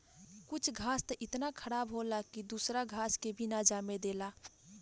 कुछ घास त इतना खराब होला की दूसरा घास के भी ना जामे देला